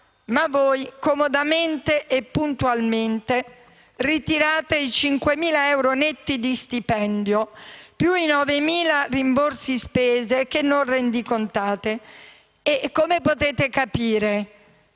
ma voi, che comodamente e puntualmente ritirate i 5.000 euro netti di stipendio, più i 9.000 di rimborsi spese che non rendicontate, come potete capire?